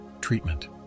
treatment